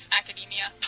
academia